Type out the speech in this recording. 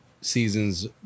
seasons